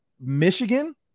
Michigan